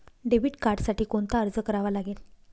Debit कार्डसाठी कोणता अर्ज करावा लागेल?